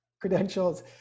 credentials